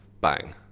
bang